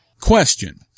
Question